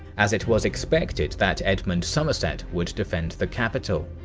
as it was expected that edmund somerset would defend the capital.